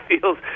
feels